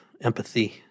empathy